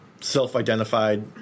self-identified